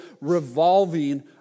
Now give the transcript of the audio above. revolving